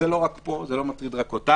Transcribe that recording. זה מטריד לא רק אותנו.